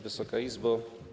Wysoka Izbo!